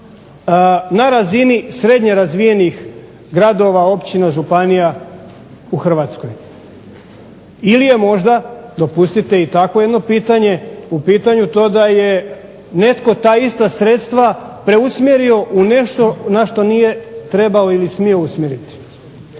na razini srednje razvijenih gradova, općina, županija u Hrvatskoj. Ili je možda, dopustite i takvo jedno pitanje, u pitanju to da je netko ta ista sredstva preusmjerio u nešto na što nije trebao ili smio usmjeriti.